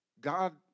God